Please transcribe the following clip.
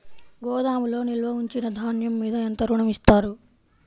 గోదాములో నిల్వ ఉంచిన ధాన్యము మీద ఎంత ఋణం ఇస్తారు?